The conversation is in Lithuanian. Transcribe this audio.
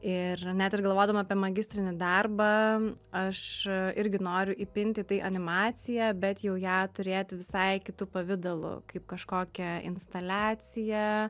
ir net ir galvodama apie magistrinį darbą aš irgi noriu įpint į tai animaciją bet jau ją turėti visai kitu pavidalu kaip kažkokią instaliaciją